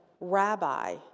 Rabbi